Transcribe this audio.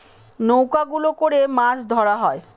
নৌকা গুলো করে মাছ ধরা হয়